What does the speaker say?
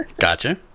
gotcha